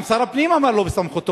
גם שר הפנים אמר שזה לא בסמכותו.